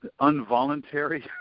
Unvoluntary